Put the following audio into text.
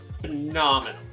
phenomenal